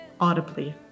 audibly